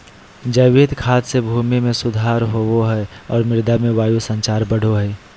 जैविक खाद से भूमि में सुधार होवो हइ और मृदा में वायु संचार बढ़ो हइ